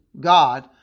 God